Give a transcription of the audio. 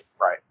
Right